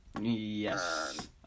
Yes